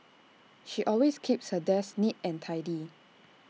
she always keeps her desk neat and tidy